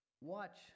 Watch